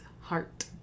heart